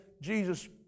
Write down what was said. jesus